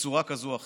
בצורה כזו או אחרת.